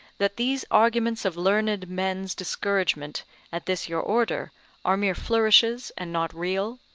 that these arguments of learned men's discouragement at this your order are mere flourishes, and not real,